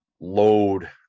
load